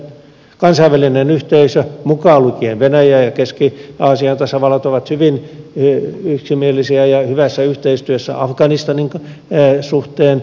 kansainvälinen yhteisö mukaan lukien venäjä ja keski aasian tasavallat on hyvin yksimielinen ja hyvässä yhteistyössä afganistanin suhteen